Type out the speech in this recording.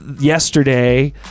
yesterday